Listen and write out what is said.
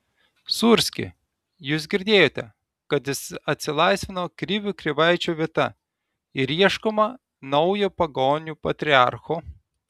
sūrski jūs girdėjote kad atsilaisvino krivių krivaičio vieta ir ieškoma naujo pagonių patriarcho